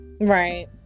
right